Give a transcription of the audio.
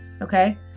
Okay